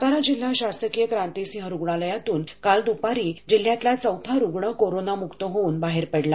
सातारा जिल्हा शासकीय क्रांतीसिंह रुग्णालयातून सोमवारी दुपारी जिल्ह्यातला चौथा रुग्ण कोरोनामुक्त होऊन बाहेर पडला